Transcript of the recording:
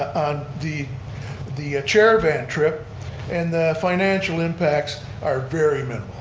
on the the chair-a-van trip and the financial impacts are very